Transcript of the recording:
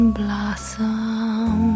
blossom